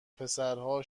پسرها